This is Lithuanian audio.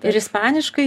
ir ispaniškai